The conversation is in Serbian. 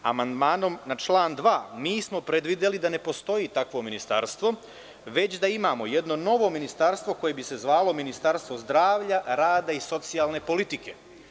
Amandmanom na član 2. smo predvideli da ne postoji takvo ministarstvo, već da imamo jedno novo ministarstvo koje bi se zvalo ministarstvo zdravlja, rada i socijalne politike.